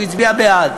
הוא הצביע בעד.